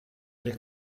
ligt